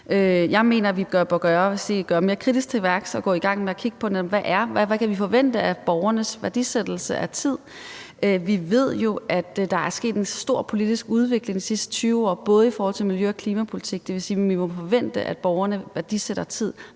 Jeg mener, vi bør gå mere kritisk til værks og gå i gang med netop at kigge på, hvad vi kan forvente af borgernes værdisættelse af tid. Vi ved jo, at der er sket en stor politisk udvikling de sidste 20 år, i forhold til både miljø- og klimapolitik. Det vil sige, at vi må forvente, at borgerne sætter tid